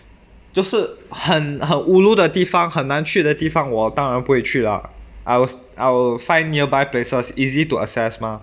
就是很很 ulu 的地方很难去的地方我当然不会去 lah I was I would find nearby places easy to access mah